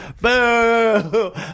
Boo